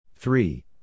Three